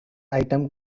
item